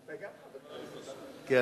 אתה גם חבר כנסת, אל תשכח.